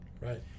Right